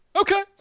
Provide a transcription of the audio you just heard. Okay